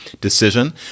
decision